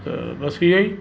त बसि इहेई